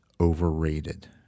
overrated